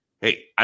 hey